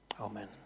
Amen